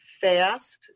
fast